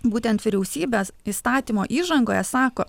būtent vyriausybės įstatymo įžangoje sako